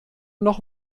noch